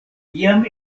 jam